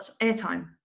airtime